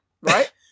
right